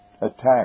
attack